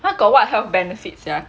!huh! got what health benefits sia